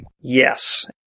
Yes